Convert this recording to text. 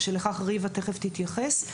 ולכך ריבה תיכף תתייחס.